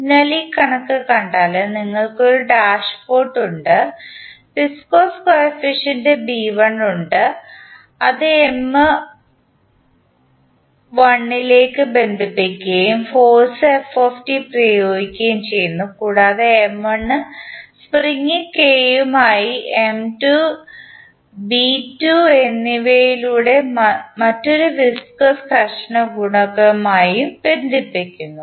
അതിനാൽ ഈ കണക്ക് കണ്ടാൽ നിങ്ങൾക്കു ഒരു ഡാഷ് പോട്ട് ഉണ്ട് വിസ്കോസ് കോഫിഫിഷ്യന്റ് ബി 1 ഉണ്ട് അത് എം 1 ലേക്ക് ബന്ധിപ്പിക്കുകയും ഫോഴ്സ് പ്രയോഗിക്കുകയും ചെയ്യുന്നു കൂടാതെ എം 1 സ്പ്രിംഗ് കെ യുമായി എം 2 ബി 2 എന്നിവയിലൂടെ മറ്റൊരു വിസ്കോസ് ഘർഷണ ഗുണകമായും ബന്ധിപ്പിച്ചിരിക്കുന്നു